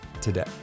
today